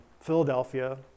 Philadelphia